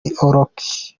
rock